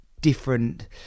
different